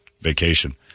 Vacation